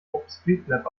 openstreetmap